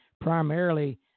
primarily